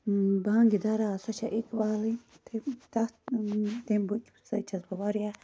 بانٛگہِ دَرا سۄ چھِ اِقبالٕنی تتھ تمہِ بُکہِ سۭتۍ چھَس بہٕ واریاہ